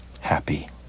happy